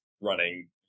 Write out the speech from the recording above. running